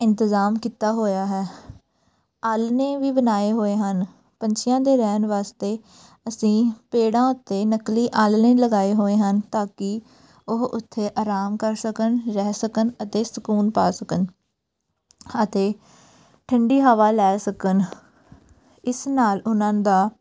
ਇੰਤਜ਼ਾਮ ਕੀਤਾ ਹੋਇਆ ਹੈ ਆਲ੍ਹਣੇ ਵੀ ਬਣਾਏ ਹੋਏ ਹਨ ਪੰਛੀਆਂ ਦੇ ਰਹਿਣ ਵਾਸਤੇ ਅਸੀਂ ਪੇੜਾਂ ਉੱਤੇ ਨਕਲੀ ਆਲ੍ਹਣੇ ਲਗਾਏ ਹੋਏ ਹਨ ਤਾਂ ਕਿ ਉਹ ਉੱਥੇ ਆਰਾਮ ਕਰ ਸਕਣ ਰਹਿ ਸਕਣ ਅਤੇ ਸਕੂਨ ਪਾ ਸਕਣ ਅਤੇ ਠੰਡੀ ਹਵਾ ਲੈ ਸਕਣ ਇਸ ਨਾਲ ਉਹਨਾਂ ਦਾ